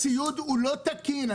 הציוד לא תקין.